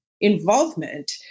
involvement